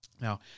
Now